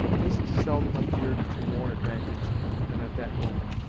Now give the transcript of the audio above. hist seldom appeared to more advantage than at that moment,